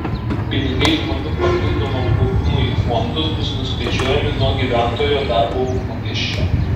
pinigai žmonių papildomam kaupimui į fondus bus nuskaičiuojami nuo gyventojo darbo užmokesčio